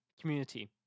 community